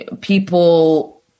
people